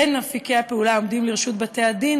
בין אפיקי הפעולה העומדים לרשות בתי-הדין